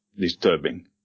disturbing